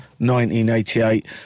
1988